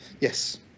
Yes